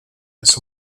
its